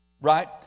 Right